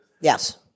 Yes